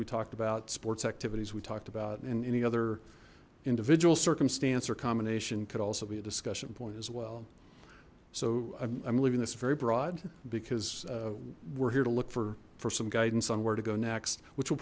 we talked about sports activities we talked about and any other individual circumstance or combination could also be a discussion point as well so i'm leaving this very broad because we're here to look for for some guidance on where to go next which will